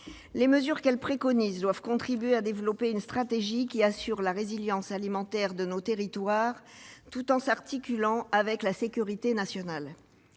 dans notre texte doivent contribuer au développement d'une stratégie qui assure la résilience alimentaire de nos territoires tout en l'articulant avec la sécurité nationale.